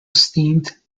steamed